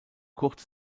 kurz